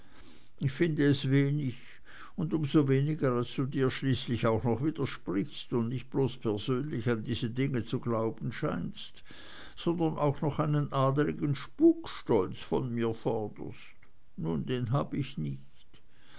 ich finde es wenig und um so weniger als du dir schließlich auch noch widersprichst und nicht bloß persönlich an diese dinge zu glauben scheinst sondern auch noch einen adligen spukstolz von mir forderst nun den hab ich nicht